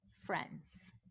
friends